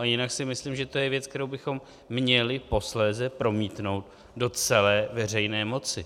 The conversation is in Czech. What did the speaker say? A jinak si myslím, že to je věc, kterou bychom měli posléze promítnout do celé veřejné moci.